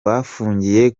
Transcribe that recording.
bafungiye